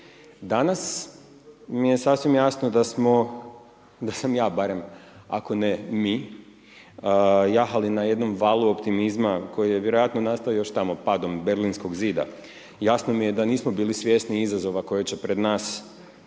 Danas mi je sasvim jasno da smo, da sam ja barem, ako ne mi, jahali na jednom valu optimizma koji je vjerojatno nastao još tamo padom Berlinskog zida. Jasno mi je da nismo bili svjesni izazova koji će pred nas